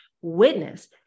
witness